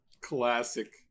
Classic